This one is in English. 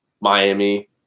Miami